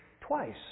twice